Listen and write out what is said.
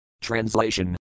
Translation